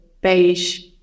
beige